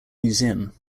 museum